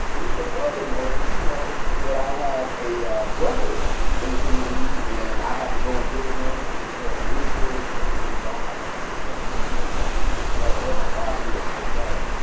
and he said furthermore, do you know that i have a brother in the community? and i have to go and visit him because he's a paraplegic. and he all my time and attention. and they're like, oh my gosh, we are so sorry.